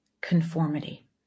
conformity